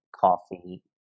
coffee